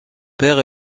père